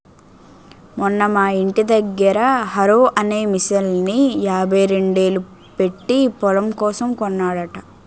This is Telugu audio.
మొన్న మా యింటి దగ్గర హారో అనే మిసన్ని యాభైరెండేలు పెట్టీ పొలం కోసం కొన్నాడట